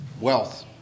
Wealth